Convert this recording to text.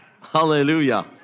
Hallelujah